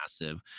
massive